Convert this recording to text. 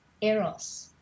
eros